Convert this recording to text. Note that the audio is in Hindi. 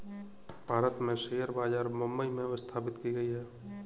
भारत में शेयर बाजार मुम्बई में स्थापित की गयी है